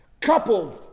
coupled